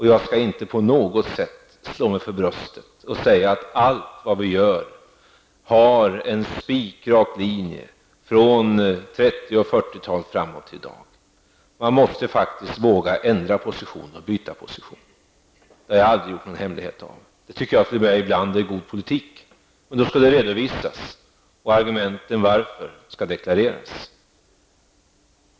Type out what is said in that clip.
Jag skall inte på något sätt slå mig för bröstet och säga att allt vad vi gör har en spikrak linje från 30 och 40-talen fram till i dag. Man måste faktiskt våga byta position. Det har jag aldrig gjort någon hemlighet av. Det tycker jag ibland är god politik. Men det skall redovisas, och argumenten skall deklareras.